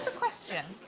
ah question